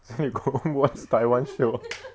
so you go home watch taiwan show